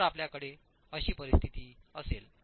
तर जर आपल्याकडे अशी परिस्थिती असेल